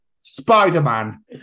Spider-Man